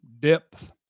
Depth